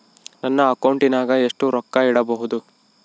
ನನ್ನ ಅಕೌಂಟಿನಾಗ ಎಷ್ಟು ರೊಕ್ಕ ಇಡಬಹುದು?